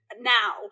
now